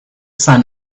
sun